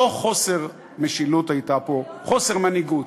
לא חוסר משילות היה פה, חוסר מנהיגות,